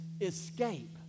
escape